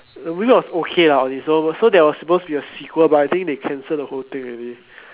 the movie was okay lah so there was supposed to be a sequel but I think they cancel the whole thing already